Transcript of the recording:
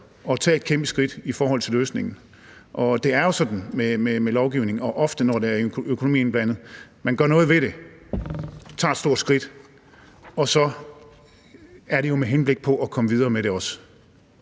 at tage et kæmpe skridt i forhold til løsningen. Det er jo sådan med lovgivning og ofte, når der er økonomi indblandet, at man gør noget ved det: tager et stort skridt, og det er jo så også med henblik på at komme videre med det.